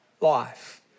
life